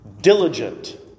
Diligent